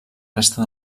resta